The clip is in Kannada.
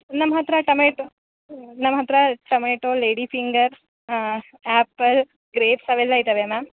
ನಮ್ಮ ಹತ್ತಿರ ಟೊಮ್ಯಾಟೊ ನಮ್ಮ ಹತ್ತಿರ tomato lady finger apple grapes ಅವೆಲ್ಲ ಇದಾವೆ ಮ್ಯಾಮ್